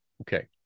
Okay